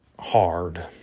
Hard